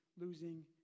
losing